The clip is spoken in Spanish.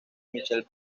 michelle